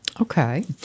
Okay